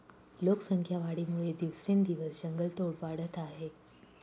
लोकसंख्या वाढीमुळे दिवसेंदिवस जंगलतोड वाढत आहे